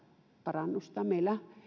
parannusta meiltä